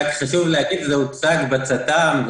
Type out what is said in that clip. חשוב לי להגיד שזה הוצג בצת"ם,